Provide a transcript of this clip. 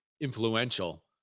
influential